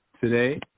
today